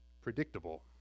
predictable